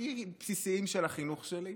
הכי בסיסיים של החינוך שלי.